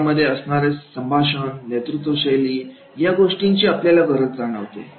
विभागांमध्ये असणारे संभाषण नेतृत्वशैली या गोष्टीची आपल्याला गरज जाणवते